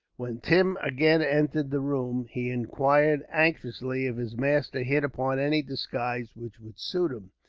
when tim again entered the room, he inquired anxiously if his master hit upon any disguise which would suit him.